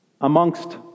amongst